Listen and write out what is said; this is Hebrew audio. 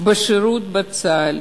בשירות בצה"ל.